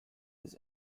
his